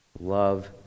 Love